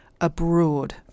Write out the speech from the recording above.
abroad